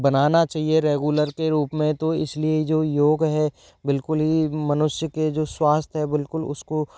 बनाना चाहिए रेगुलर के रूप में तो इसलिए जो योग है बिल्कुल ही मनुष्य के जो स्वास्थय है बिल्कुल उसको